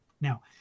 Now